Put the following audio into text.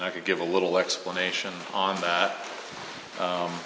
i could give a little explanation on that